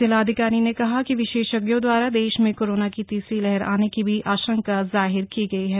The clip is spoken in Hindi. जिलाधिकारी ने कहा कि विशेषज्ञों द्वारा देश मे कोरोना की तीसरी लहर आने की भी आशंका जाहिर की गई है